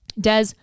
Des